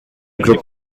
group